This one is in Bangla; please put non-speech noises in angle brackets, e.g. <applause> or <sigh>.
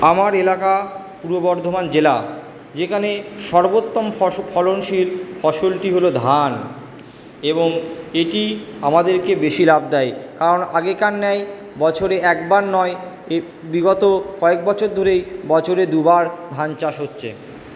আমার এলাকা পূর্ব বর্ধমান জেলা যেখানে সর্বোত্তম <unintelligible> ফলনশীল ফসলটি হলো ধান এবং এটি আমাদেরকে বেশি লাভ দেয় কারণ আগেকার ন্যায় বছরে একবার নয় <unintelligible> বিগত কয়েক বছর ধরেই বছরে দুবার ধান চাষ হচ্ছে